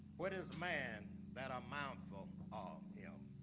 what is man that a mount full of him